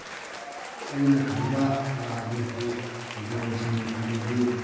ꯑꯩꯅ ꯈꯪꯕ ꯔꯥꯖꯅꯤꯇꯤ ꯗꯣꯟꯁꯤꯡ ꯑꯗꯨꯗꯤ